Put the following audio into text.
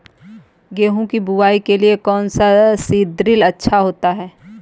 गेहूँ की बुवाई के लिए कौन सा सीद्रिल अच्छा होता है?